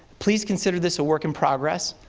please consider this a work in progress,